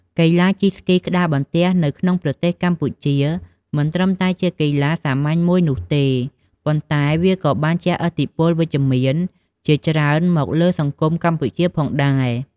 កីឡាជិះស្គីក្ដារបន្ទះនៅក្នុងប្រទេសកម្ពុជាមិនត្រឹមតែជាកីឡាសាមញ្ញមួយនោះទេ ប៉ុន្តែវាក៏បានជះឥទ្ធិពលវិជ្ជមានជាច្រើនមកលើសង្គមកម្ពុជាផងដែរ។